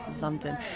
London